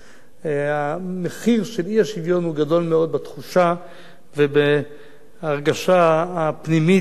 המחיר של האי-שוויון הוא גדול מאוד בתחושה ובהרגשה הפנימית של הילדים.